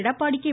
Edappadi K